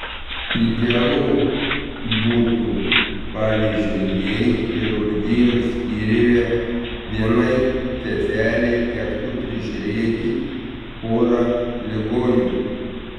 idealu būtų pavyzdžiui jei chirurgijos skyriuje vienai seselei tektų prižiūrėti porą ligonių